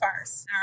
first